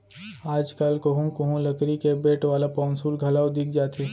आज कल कोहूँ कोहूँ लकरी के बेंट वाला पौंसुल घलौ दिख जाथे